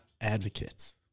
advocates